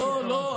לא לא לא.